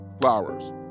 flowers